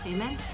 Amen